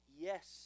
yes